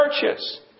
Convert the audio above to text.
churches